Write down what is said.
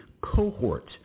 cohort